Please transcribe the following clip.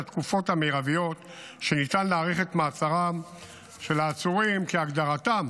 את התקופות המרביות שניתן להאריך את מעצרם של העצורים כהגדרתם,